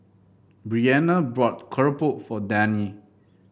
Breana bought keropok for Dani